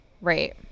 Right